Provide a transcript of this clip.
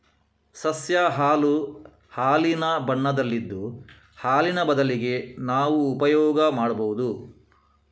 ಸಸ್ಯ ಹಾಲು ಹಾಲಿನ ಬಣ್ಣದಲ್ಲಿದ್ದು ಹಾಲಿನ ಬದಲಿಗೆ ನಾವು ಉಪಯೋಗ ಮಾಡ್ಬಹುದು